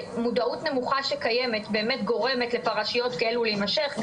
המודעות הנמוכה שקיימת באמת גורמת לפרשיות האלו להימשך.